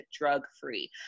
drug-free